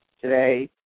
today